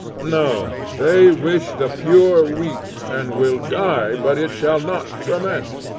no they wish the pure wheat, and will die but it shall not ferment.